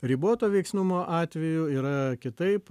riboto veiksnumo atveju yra kitaip